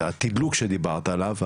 התדלוק שדיברת עליו,